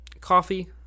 coffee